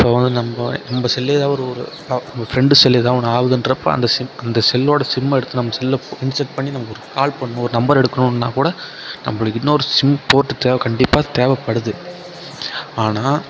இப்போ வந்து நம்ப நம்ப செல்லை எதாவது ஒரு நம்ப ஃப்ரெண்ட் செல்லு எதாவது ஒன்று ஆகுதுன்றப்போ அந்த செல்லோட சிம்ம எடுத்து நம்ப செல்லை இன்செர்ட் பண்ணி நமக்கு ஒரு கால் பண்ணு ஒரு நம்பர் எடுக்கணும்ன்னா கூட நம்பளுக்கு இன்னொரு சிம் போட்டுட்டா கண்டிப்பாக தேவைப்படுது ஆனால்